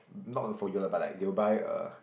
not you lah but like they'll buy uh